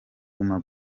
guma